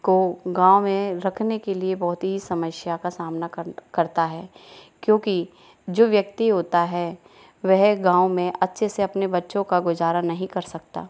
को गाँव में रखने के लिए बहुत ही समस्या का समाना करता है क्योंकि जो व्यक्ति होता है वह गाँव में अच्छे से अपने बच्चों का गुजारा नहीं कर सकता